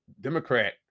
democrat